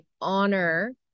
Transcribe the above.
honor